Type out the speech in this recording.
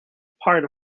part